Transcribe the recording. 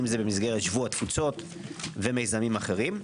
אם זה במסגרת שבוע תפוצות ומיזמים אחרים.